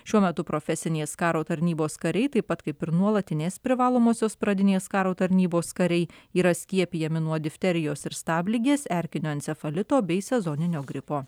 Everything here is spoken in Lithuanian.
šiuo metu profesinės karo tarnybos kariai taip pat kaip ir nuolatinės privalomosios pradinės karo tarnybos kariai yra skiepijami nuo difterijos ir stabligės erkinio encefalito bei sezoninio gripo